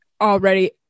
already